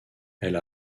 elle